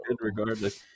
regardless